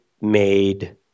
made